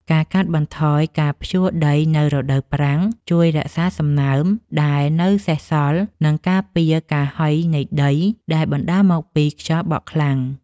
ការកាត់បន្ថយការភ្ជួរដីនៅរដូវប្រាំងជួយរក្សាសំណើមដែលនៅសេសសល់ និងការពារការហុយនៃដីដែលបណ្តាលមកពីខ្យល់បក់ខ្លាំង។